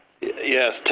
Yes